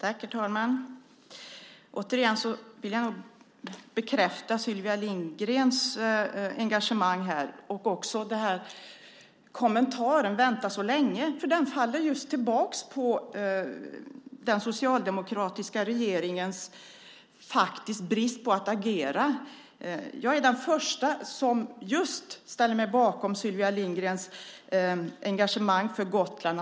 Herr talman! Återigen vill jag bekräfta Sylvia Lindgrens engagemang och hennes kommentar "bättre sent än aldrig". Den faller tillbaka på den socialdemokratiska regeringens brist på agerande. Jag är den första att ställa mig bakom Sylvia Lindgrens engagemang för Gotland.